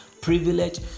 privilege